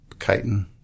chitin